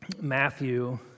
Matthew